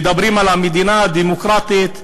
מדברים על המדינה הדמוקרטית,